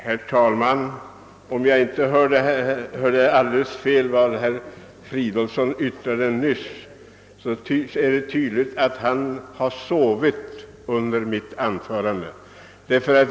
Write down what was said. Herr talman! Om jag inte hörde alldeles fel så är det av vad herr Fridolfsson i Stockholm nyss yttrade tydligt att han har sovit under mitt anförande.